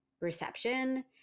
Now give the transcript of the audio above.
reception